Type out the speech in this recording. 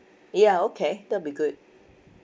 ya okay that'll be good